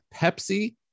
Pepsi